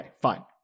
fine